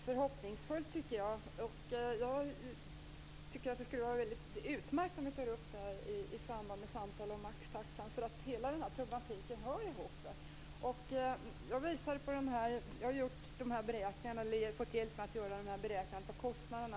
Fru talman! Jag tycker att detta låter förhoppningsfullt. Det skulle vara utmärkt om vi kunde ta upp detta i samband med samtal om maxtaxan. Hela den här problematiken hör ihop. Jag har fått hjälp med att göra beräkningarna av kostnaderna.